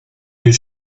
you